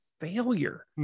failure